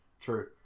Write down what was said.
True